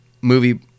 Movie